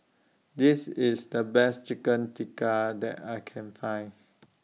This IS The Best Chicken Tikka that I Can Find